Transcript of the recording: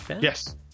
Yes